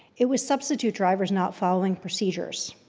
it was substitute drivers not following procedures.